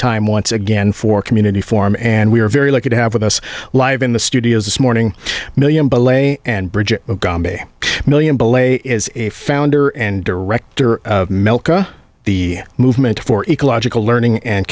time once again for community form and we're very lucky to have with us live in the studio this morning million by the way and bridget a million bill a is a founder and director of melka the movement for ecological learning and